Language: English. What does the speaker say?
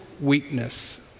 weakness